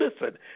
listen